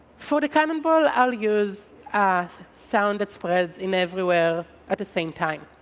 for the cannonball i will use ah sound that spreads in everywhere at the same time.